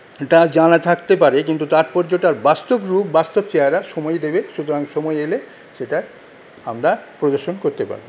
এটা জানা থাকতে পারে কিন্তু তাৎপর্যটার বাস্তব রূপ বাস্তব চেহারা সময় দেবে সুতরাং সময় এলে সেটার আমরা প্রদর্শন করতে পারবো